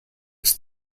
ist